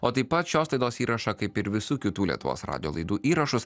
o taip pat šios laidos įrašą kaip ir visų kitų lietuvos radijo laidų įrašus